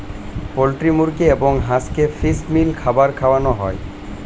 poultry মুরগি এবং হাঁসকে ফিশ মিল খাবার খাওয়ানো হয়